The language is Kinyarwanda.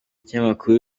ikinyamakuru